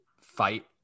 fight